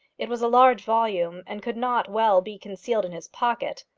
it was a large volume, and could not well be concealed in his pocket.